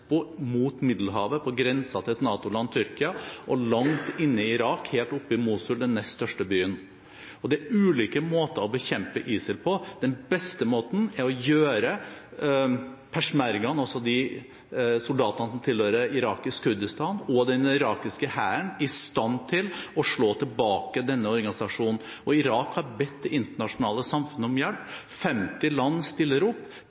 mot Middelhavet, på grensen til et NATO-land, Tyrkia, til langt inn i Irak, helt oppe i Mosul, den nest største byen. Det er ulike måter å bekjempe ISIL på. Den beste måten er å gjøre peshmergaene, altså de soldatene som tilhører irakisk Kurdistan, og den irakiske hæren i stand til å slå tilbake denne organisasjonen. Irak har bedt det internasjonale samfunnet om hjelp. 50 land stiller opp,